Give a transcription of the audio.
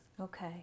Okay